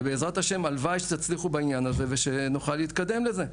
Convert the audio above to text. ובעזרת ה' הלוואי שתצליחו בעניין הזה ושנוכל להתקדם בזה.